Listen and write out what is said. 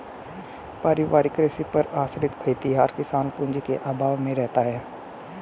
पारिवारिक कृषि पर आश्रित खेतिहर किसान पूँजी के अभाव में रहता है